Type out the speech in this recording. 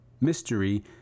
Mystery